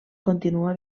continua